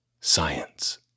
science